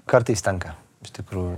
kartais tenka iš tikrųjų